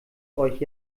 euch